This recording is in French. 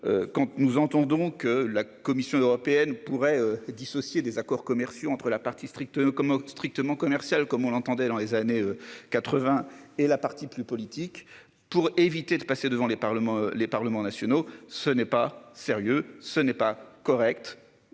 Quand nous entendons que la Commission européenne pourrait dissocier des accords commerciaux entre la partie strict. Strictement commercial, comme on l'entendait dans les années 80 et la partie plus politique pour éviter de passer devant les Parlements, les parlements nationaux, ce n'est pas sérieux, ce n'est pas correct,